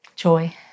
Joy